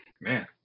Man